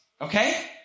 Okay